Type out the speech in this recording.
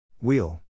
Wheel